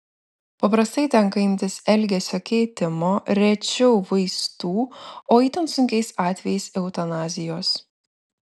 paprastai tenka imtis elgesio keitimo rečiau vaistų o itin sunkiais atvejais eutanazijos